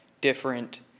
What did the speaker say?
different